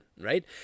Right